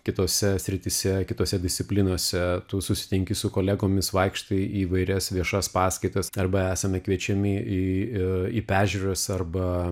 kitose srityse kitose disciplinose tu susitinki su kolegomis vaikštai į įvairias viešas paskaitas arba esame kviečiami į į peržiūras arba